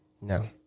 No